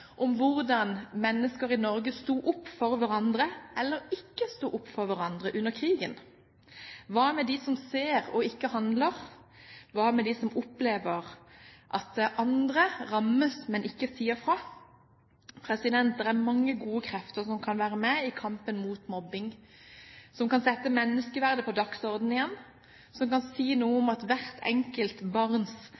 om hvordan mennesker i Norge sto opp for hverandre, eller ikke sto opp for hverandre, under krigen. Hva med de som ser og ikke handler? Hva med de som opplever at andre rammes, men ikke sier fra? Det er mange gode krefter som kan være med i kampen mot mobbing, som kan sette menneskeverdet på dagsordenen igjen, som kan si noe om